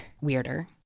weirder